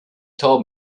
told